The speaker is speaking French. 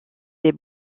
des